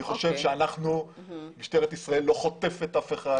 אני חושב שמשטרת ישראל לא חוטפת אף אחד.